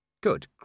Good